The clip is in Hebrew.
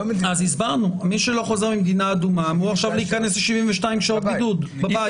הוא אמור עכשיו להיכנס ל-72 שעות בידוד בבית.